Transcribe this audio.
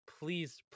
please